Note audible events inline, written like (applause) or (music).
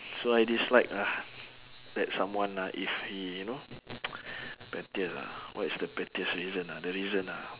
so I dislike lah that someone ah if he you know (noise) pettiest ah what is the pettiest reason ah the reason ah